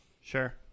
Sure